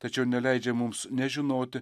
tačiau neleidžia mums nežinoti